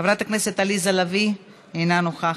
חברת הכנסת עליזה לביא, אינה נוכחת,